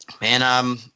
Man